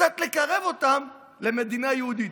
וקצת לקרב אותם למדינה יהודית.